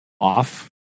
off